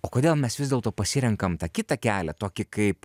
o kodėl mes vis dėlto pasirenkam tą kitą kelią tokį kaip